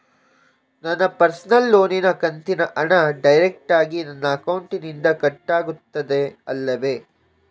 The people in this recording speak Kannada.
ನನ್ನ ಪರ್ಸನಲ್ ಲೋನಿನ ಕಂತಿನ ಹಣ ಡೈರೆಕ್ಟಾಗಿ ನನ್ನ ಅಕೌಂಟಿನಿಂದ ಕಟ್ಟಾಗುತ್ತದೆ ಅಲ್ಲವೆ?